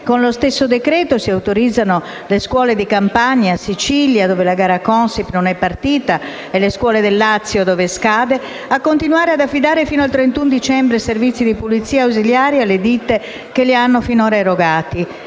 Con lo stesso decreto-legge si autorizzano le scuole di Campania e Sicilia, dove la gara Consip non è partita, e le scuole del Lazio, dove scade, a continuare ad affidare, fino al 31 dicembre, i servizi di pulizia e ausiliari alle ditte che li hanno finora erogati.